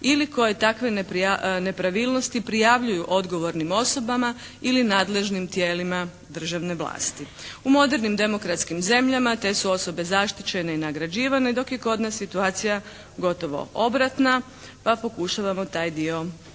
ili koji takve nepravilnosti prijavljuju odgovornim osobama ili nadležnim tijelima državne vlasti. U modernim demokratskim zemljama te su osobe zaštićene i nagrađivane dok je kod nas situacija gotovo obratna pa pokušavamo taj dio promijeniti.